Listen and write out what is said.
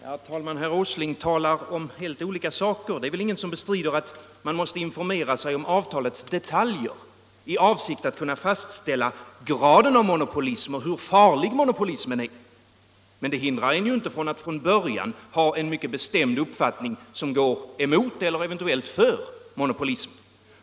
Herr talman! Herr Åsling talar om helt andra saker. Det är väl ingen som bestrider att man måste informera sig om avtalets detaljer i. avsikt att kunna fastställa graden av monopolism och hur farlig monopolismen är. Men det hindrar er ju inte att från början ha en mycket bestämd uppfattning som går emot monopolism eller som eventuellt är för monopolism.